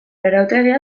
arautegia